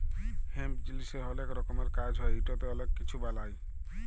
hemp জিলিসের অলেক রকমের কাজ হ্যয় ইটতে অলেক কিছু বালাই